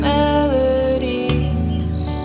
Melodies